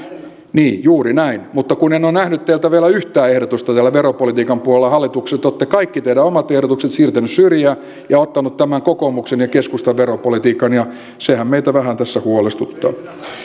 niin juuri näin mutta en ole nähnyt teiltä vielä yhtään ehdotusta tällä veropolitiikan puolella hallituksessa te olette kaikki teidän omat ehdotuksenne siirtäneet syrjään ja ottaneet tämän kokoomuksen ja keskustan veropolitiikan ja sehän meitä vähän tässä huolestuttaa